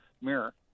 mirror